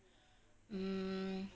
mm